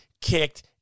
kicked